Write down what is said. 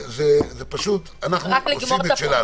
זה פשוט, אנחנו עושים את שלנו.